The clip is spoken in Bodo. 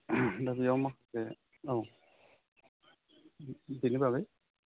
नैबेयाव माखासे औ बेनि बागै